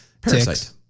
Parasite